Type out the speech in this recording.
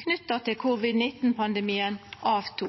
knytt til covid-19-pandemien minka.